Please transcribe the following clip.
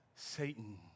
Satan